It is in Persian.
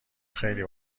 خیلی